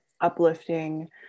uplifting